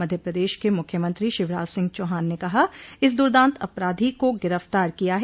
मध्य प्रदेश के मुख्यमंत्री शिवराज सिंह चौहान ने कहा इस दुर्दांत अपराधी को गिरफ्तार किया है